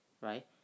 right